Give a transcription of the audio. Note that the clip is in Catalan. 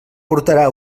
portarà